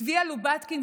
צביה לובטקין,